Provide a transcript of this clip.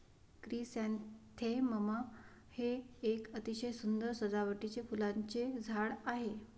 chrysanthemum हे एक अतिशय सुंदर सजावटीचे फुलांचे झाड आहे